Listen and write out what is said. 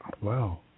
wow